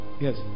Yes